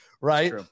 Right